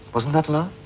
wasn't that love?